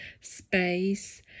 space